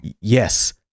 Yes